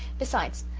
besides,